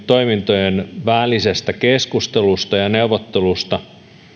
toimintojen välisestä keskustelusta ja neuvottelusta